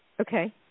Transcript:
Okay